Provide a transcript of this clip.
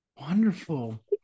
wonderful